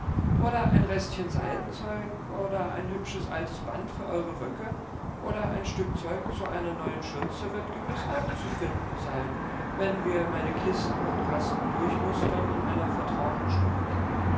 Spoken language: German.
oder ein restchen seidenzeug oder ein hübsches altes band für eure röcke oder ein stück zeug zu einer neuen schürze wird gewiß auch zu finden sein wenn wir meine kisten und kasten durchmustern in einer vertrauten stunde